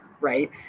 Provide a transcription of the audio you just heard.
right